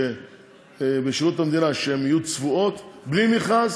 למשרות בשירות המדינה שיהיו צבועות, בלי מכרז,